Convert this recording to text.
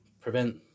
prevent